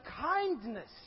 kindness